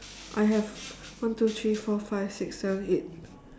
I have one two three four five six seven eight